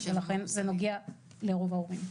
ולכן זה נוגע לרוב ההורים.